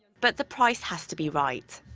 but the price has to be right.